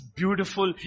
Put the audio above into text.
Beautiful